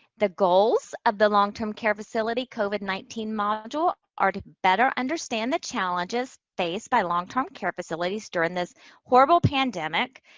the goals of the long-term care facility covid nineteen module are to better understand the challenges faced by long-term care facilities during this horrible pandemic,